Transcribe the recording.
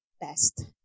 best